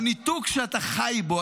-- בתוך כל הניתוק שאתה חי בו,